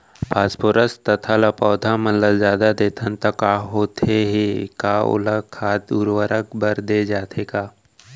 Phosphorus तथा ल पौधा मन ल जादा देथन त का होथे हे, का ओला खाद उर्वरक बर दे जाथे का?